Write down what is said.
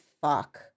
fuck